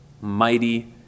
Mighty